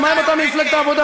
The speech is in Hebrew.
אז מה אם אתה ממפלגת העבודה?